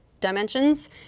dimensions